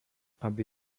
aby